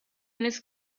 minutes